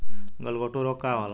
गलघोटू रोग का होला?